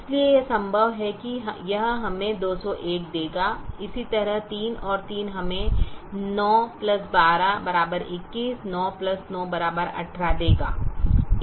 इसलिए यह संभव है कि यह हमें 201 देगा इसी तरह 33 हमें 9 12 21 9 9 18 देगा